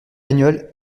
bagnole